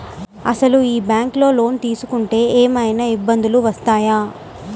అసలు ఈ బ్యాంక్లో లోన్ తీసుకుంటే ఏమయినా ఇబ్బందులు వస్తాయా?